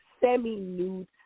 semi-nude